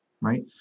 right